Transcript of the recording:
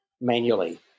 manually